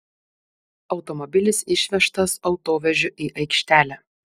automobilis išvežtas autovežiu į aikštelę